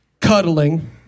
cuddling